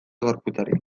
gorputzari